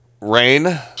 Rain